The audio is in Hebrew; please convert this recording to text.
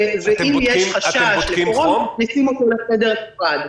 ואם יש חשש לקורונה מוציאים אותו להיות בנפרד.